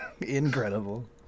Incredible